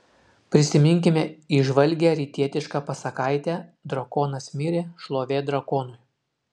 prisiminkime įžvalgią rytietišką pasakaitę drakonas mirė šlovė drakonui